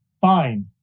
fine